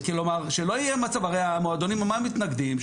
הרי המועדונים, על מה הם מתנגדים?